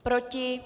Proti?